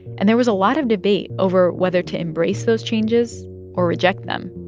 and there was a lot of debate over whether to embrace those changes or reject them.